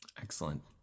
Excellent